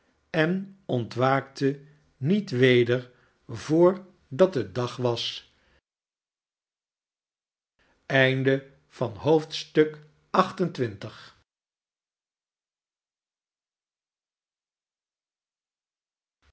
en ontwaakte niet weder voordat het dag was